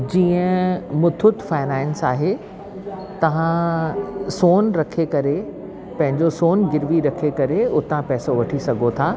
जीअं मुथुट फाइनैंस आहे तव्हां सोनु रखे करे पंहिंजो सोनु गिरवी रखे करे उता पैसो वठी सघो था